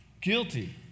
Guilty